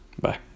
Bye